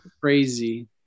crazy